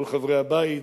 כל חברי הבית,